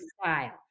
style